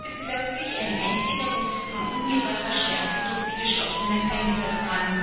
bis plötzlich ein einziger ruf von ungeheurer stärke durch die geschlossenen fenster drang